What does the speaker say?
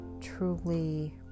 truly